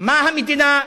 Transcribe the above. מה המדינה,